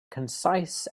concise